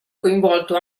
coinvolto